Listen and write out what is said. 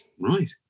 Right